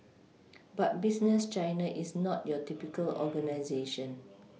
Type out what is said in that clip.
but business China is not your typical organisation